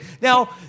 Now